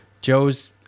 Joe's